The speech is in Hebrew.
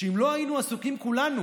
שאם לא היינו עסוקים כולנו